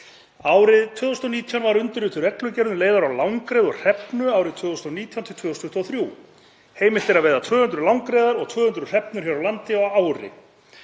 Árið 2019 var undirrituð reglugerð um veiðar á langreyði og hrefnu árin 2019–2023. Heimilt er að veiða 200 langreyðar og 200 hrefnur hér á landi á ári.